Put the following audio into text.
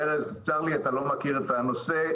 ארז, צר לי, אתה לא מכיר את הנושא.